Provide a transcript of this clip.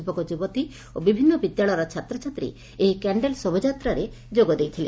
ଯୁବକଯୁବତୀ ଓ ବିଭିନ୍ନ ବିଦ୍ୟାଳୟର ଛାତ୍ରଛାତ୍ରୀ ଏହି କ୍ୟାଶ୍ଡେଲ୍ ଶୋଭାଯାତ୍ରାରେ ଯୋଗ ଦେଇଥିଲେ